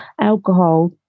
alcohol